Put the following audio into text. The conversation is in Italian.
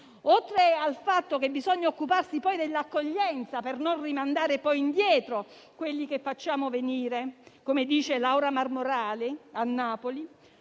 oltre al fatto che bisogna occuparsi dell'accoglienza, per non rimandare indietro coloro che facciamo venire, come dice Laura Marmorale a Napoli,